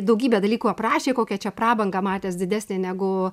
daugybę dalykų aprašė kokia čia prabangą matęs didesnė negu